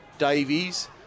Davies